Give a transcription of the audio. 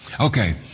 Okay